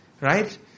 Right